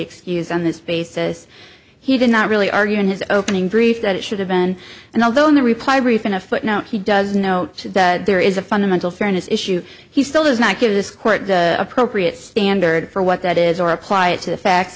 excused on this basis he did not really argue in his opening brief that it should have been and although in a reply brief in a footnote he does know that there is a fundamental fairness issue he still does not give this court appropriate standard for what that is or apply it to the facts